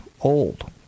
old